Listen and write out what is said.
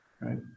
right